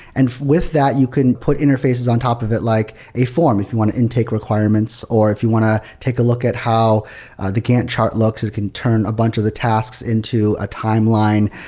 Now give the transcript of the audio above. and with that, you can put interfaces on top of it, like a form, if you want to intake requirements, or if you want to take a look at how the gantt chart looks, it can turn a bunch of the tasks into a timeline.